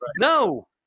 no